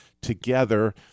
together